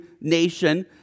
nation